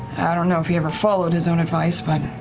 i don't know if he ever followed his own advice, but